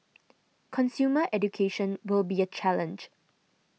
consumer education will be a challenge